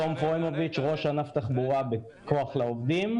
תם פרומוביץ, ראש ענף תחבורה בכוח לעובדים.